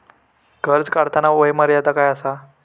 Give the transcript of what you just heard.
कर्ज काढताना वय मर्यादा काय आसा?